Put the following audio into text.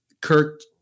Kirk